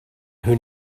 who